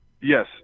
Yes